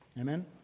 Amen